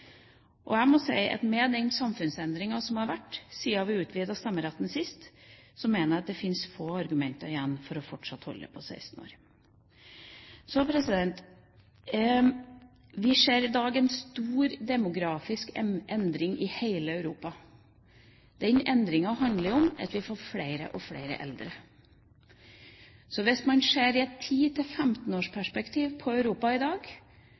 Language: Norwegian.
Jeg må si at med den samfunnsendringa som har vært siden vi utvidet stemmeretten sist, mener jeg at det fins få argumenter igjen for fortsatt å holde på 18 år. Vi ser i dag en stor demografisk endring i hele Europa. Den endringa handler om at vi får flere og flere eldre. Hvis man ser på Europa i 10- og 15-årsperspektiv i dag,